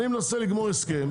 אני מנסה לגמור הסכם.